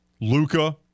Luca